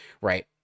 right